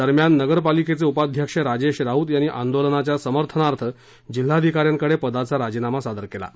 दरम्यान नगरपालिकेचे उपाध्यक्ष राजेश राऊत यांनी आंदोलनाच्या समर्थनार्थ जिल्हाधिका यांकडे पदाचा राजीनामा सादर केला आहे